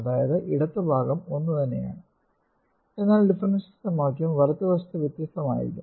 അതായത് ഇടതു ഭാഗം ഒന്നുതന്നെയാണ് എന്നാൽ ഡിഫറൻഷ്യൽ സമവാക്യം വലതു വശത്തു വ്യത്യസ്തമായിരിക്കും